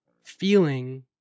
Feeling